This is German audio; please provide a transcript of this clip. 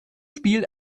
spiel